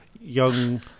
young